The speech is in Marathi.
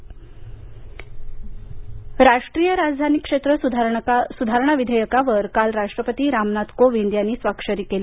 राष्ट्रपती राष्ट्रीय राजधानी क्षेत्र सुधारणा विधेयकावर काल राष्ट्रपती रामनाथ कोविंद यांनी स्वाक्षरी केली